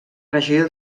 regió